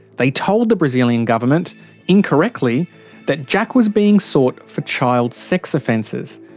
they told the brazilian government incorrectly that jack was being sought for child-sex offences.